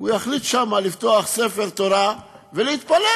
ויחליט שם לפתוח ספר תורה ולהתפלל.